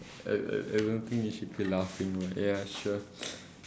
I I I don't think you should be laughing but ya sure